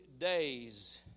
days